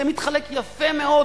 זה מתחלק יפה מאוד,